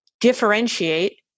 differentiate